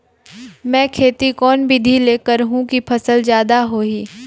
मै खेती कोन बिधी ल करहु कि फसल जादा होही